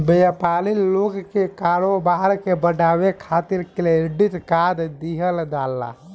व्यापारी लोग के कारोबार के बढ़ावे खातिर क्रेडिट कार्ड दिहल जाला